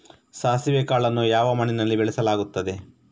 ಸಾಸಿವೆ ಕಾಳನ್ನು ಯಾವ ಮಣ್ಣಿನಲ್ಲಿ ಬೆಳೆಸಲಾಗುತ್ತದೆ?